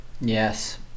Yes